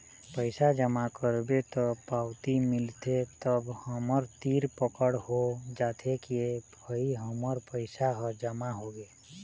पइसा जमा करबे त पावती मिलथे तब हमर तीर पकड़ हो जाथे के भई हमर पइसा ह जमा होगे